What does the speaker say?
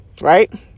Right